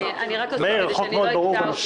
החוק מאוד ברור בנושא